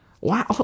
Wow